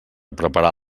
preparar